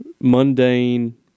mundane